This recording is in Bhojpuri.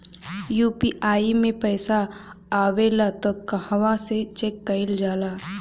यू.पी.आई मे पइसा आबेला त कहवा से चेक कईल जाला?